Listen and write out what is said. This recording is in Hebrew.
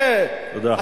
תודה.